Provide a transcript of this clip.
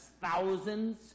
thousands